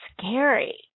scary